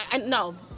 no